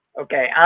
Okay